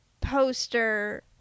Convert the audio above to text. poster